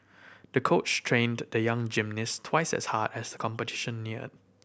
the coach trained the young gymnast twice as hard as the competition neared